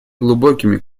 глубокими